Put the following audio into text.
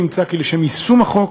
נמצא כי לשם יישום החוק